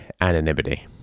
anonymity